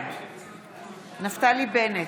בעד נפתלי בנט,